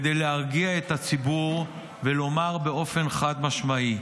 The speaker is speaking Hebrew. כדי להרגיע את הציבור ולומר באופן חד-משמעי: